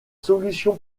solutions